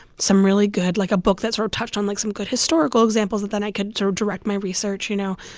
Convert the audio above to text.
some really good like, a book that sort of touched on, like, some good historical examples that then i could sort of direct my research, you know,